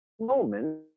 moment